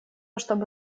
чтобы